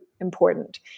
important